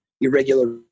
irregular